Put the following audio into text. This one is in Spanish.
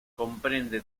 comprende